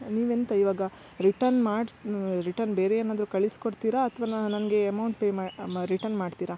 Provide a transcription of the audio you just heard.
ನೀವೆಂತ ಇವಾಗ ರಿಟನ್ ಮಾಡಿ ರಿಟರ್ನ್ ಬೇರೆ ಏನಾದರು ಕಳಿಸಿಕೊಡ್ತೀರಾ ಅಥವಾ ನನಗೆ ಅಮೌಂಟ್ ಪೇ ಮಾಡಿ ರಿಟರ್ನ್ ಮಾಡ್ತೀರಾ